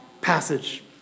passage